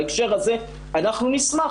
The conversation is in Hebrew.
בהקשר הזה, אנחנו נשמח.